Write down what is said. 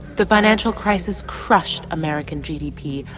the financial crisis crushed american gdp.